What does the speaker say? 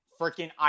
freaking